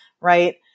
right